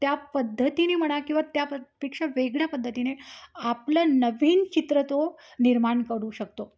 त्या पद्धतीनी म्हणा किंवा त्यापेक्षा वेगळ्या पद्धतीने आपलं नवीन चित्र तो निर्माण करु शकतो